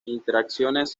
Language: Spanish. interacciones